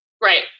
Right